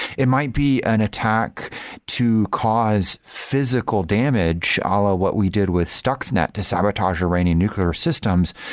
it might be an attack to cause physical damage ah ah what we did with stuxnet to sabotage iranian nuclear systems,